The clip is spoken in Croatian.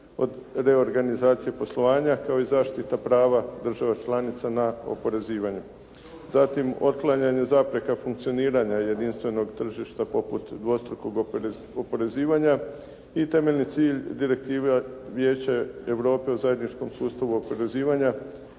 od reorganizacije poslovanja, kao i zaštita prava država članica na oporezivanje. Zatim, otklanjanje zapreka funkcioniranja jedinstvenog tržišta poput dvostrukog oporezivanja. I temeljni cilj Direktive Vijeća Europe o zajedničkom sustavu oporezivanja